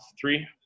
Three